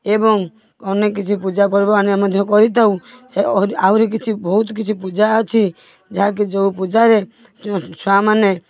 ଏବଂ ଅନେକ କିଛି ପୂଜା ପର୍ବ ଆମେ ମଧ୍ୟ କରିଥାଉ ସେ ଆହୁରି କିଛି ବହୁତ କିଛି ପୂଜା ଅଛି ଯାହାକି ଯେଉଁ ପୂଜାରେ ଛୁଆମାନେ